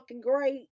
great